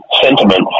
sentiment